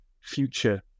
future